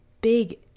big